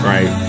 Right